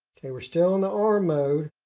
okay, we're still in the arm mode.